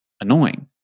annoying